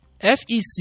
fec